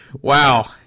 wow